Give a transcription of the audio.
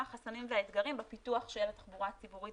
החסמים והאתגרים בפיתוח של התחבורה הציבורית